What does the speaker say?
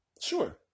Sure